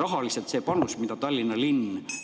rahaliselt see panus, mida Tallinna linn